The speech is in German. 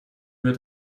wird